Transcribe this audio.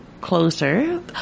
closer